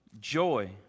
joy